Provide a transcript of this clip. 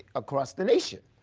across the nation.